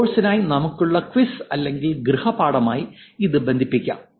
കോഴ്സിനായി നമുക്കുള്ള ക്വിസ് അല്ലെങ്കിൽ ഗൃഹപാഠവുമായി ഇത് ബന്ധിപ്പിക്കാം